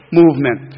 movement